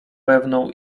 pewną